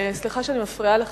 סליחה שאני מפריעה לך,